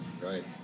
Right